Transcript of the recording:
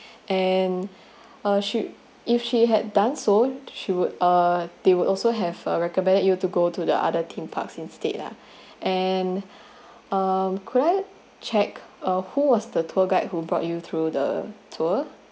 and uh sh~ if she had done so she would uh they will also have uh recommended you to go to the other theme parks instead lah and um credit check uh who was the tour guide who brought you through the tour